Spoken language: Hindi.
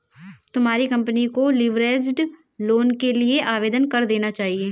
तुम्हारी कंपनी को लीवरेज्ड लोन के लिए आवेदन कर देना चाहिए